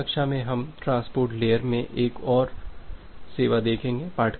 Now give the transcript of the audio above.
अगली कक्षा में हम ट्रांसपोर्ट लेयर में एक और सेवा देखेंगे